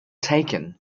taken